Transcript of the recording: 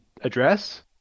address